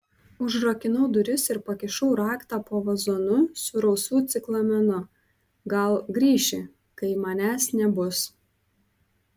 užrakinau duris ir pakišau raktą po vazonu su rausvu ciklamenu gal grįši kai manęs nebus